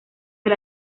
del